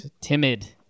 Timid